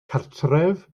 cartref